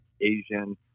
Asian